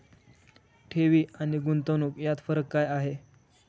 ठेवी आणि गुंतवणूक यात फरक काय आहे?